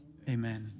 Amen